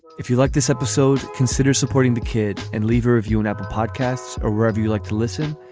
if you like this episode consider supporting the kid and lever of you and apple podcasts or wherever you like to listen.